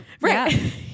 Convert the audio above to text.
Right